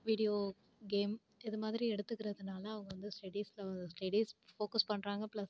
video game இதுமாதிரி எடுத்துக்கிறதுனால அவங்க வந்து ஸ்டெடீஸில் ஸ்டெடீஸ் ஃபோக்கஸ் பண்ணுறாங்க ப்ளஸ்